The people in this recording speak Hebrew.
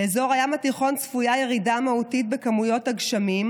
באזור הים התיכון צפויה ירידה מהותית בכמויות הגשמים,